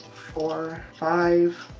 four. five.